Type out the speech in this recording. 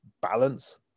balance